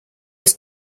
was